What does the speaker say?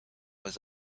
was